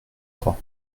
trois